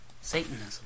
Satanism